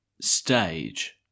stage